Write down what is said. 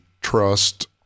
trust